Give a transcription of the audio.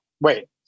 wait